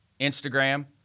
Instagram